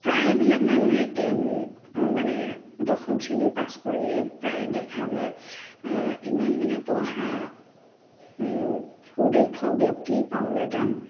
প্ৰায়বিলাক মানুহে টেন মানে দশম শ্ৰেণীৰ পাছ কৰি প্ৰায় দেখা যায় ইমান মানে পঢ়া সুদক্ষ ব্যক্তি পাবলৈ টান